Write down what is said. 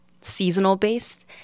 seasonal-based